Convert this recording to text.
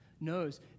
knows